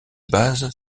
base